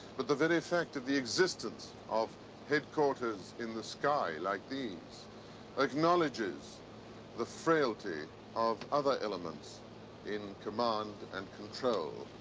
but the very fact of the existence of headquarters in the sky like these acknowledges the frailty of other elements in command and control.